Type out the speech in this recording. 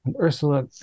Ursula